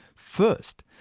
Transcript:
first,